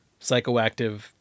psychoactive